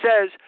says